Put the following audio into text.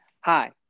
hi